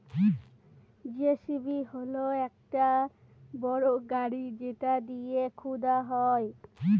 JCB হল একটা বড় গাড়ি যেটা দিয়ে খুদা হয়